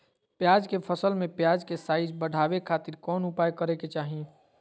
प्याज के फसल में प्याज के साइज बढ़ावे खातिर कौन उपाय करे के चाही?